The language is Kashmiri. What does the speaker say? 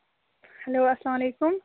ہیلو اَسلام علیکُم